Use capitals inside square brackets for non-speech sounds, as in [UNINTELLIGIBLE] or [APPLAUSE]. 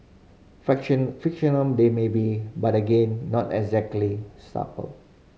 [UNINTELLIGIBLE] fictional they may be but again not exactly subtle